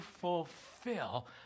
fulfill